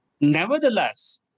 Nevertheless